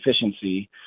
efficiency